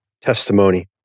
testimony